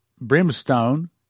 brimstone